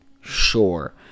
sure